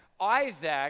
isaac